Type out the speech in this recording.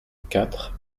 quatre